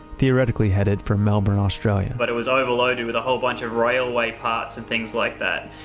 theoretically headed for melbourne, australia but it was overloaded with a whole bunch of railways parts and things like that.